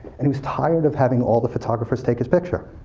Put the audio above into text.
and he's tired of having all the photographers take his picture,